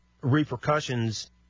repercussions